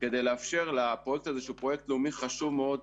כדי לאפשר לפרויקט הזה שהוא פרויקט לאומי חשוב מאוד,